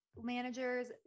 managers